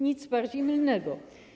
Nic bardziej mylnego.